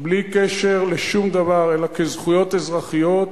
בלי קשר לשום דבר אלא כזכויות אזרחיות,